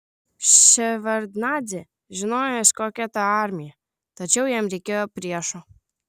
ševardnadzė žinojęs kokia ta armija tačiau jam reikėjo priešo